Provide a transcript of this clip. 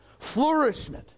flourishment